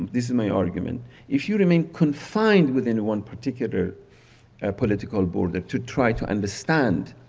this is my argument if you remain confined within one particular political border to try to understand